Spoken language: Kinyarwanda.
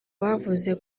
bavuze